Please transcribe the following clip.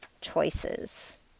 choices